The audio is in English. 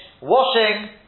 washing